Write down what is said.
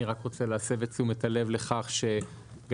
אני רוצה להסב את תשומת הלב לכך שגם